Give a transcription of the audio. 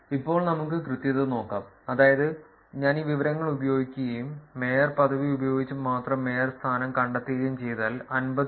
ഇപ്പോൾ നമുക്ക് കൃത്യത നോക്കാം അതായത് ഞാൻ ഈ വിവരങ്ങൾ ഉപയോഗിക്കുകയും മേയർ പദവി ഉപയോഗിച്ച് മാത്രം മേയർ സ്ഥാനം കണ്ടെത്തുകയും ചെയ്താൽ 51